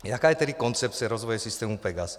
Jaká je tedy koncepce rozvoje systému PEGAS?